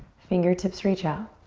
fingertips reach out.